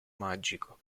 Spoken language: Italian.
magico